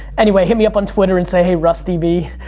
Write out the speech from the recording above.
anyway hit me up on twitter and say, hey, rusty vee!